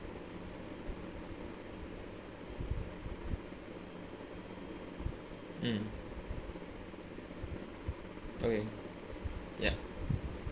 mm okay ya